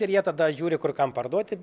ir jie tada žiūri kur kam parduoti